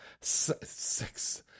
Six